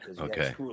Okay